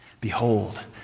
Behold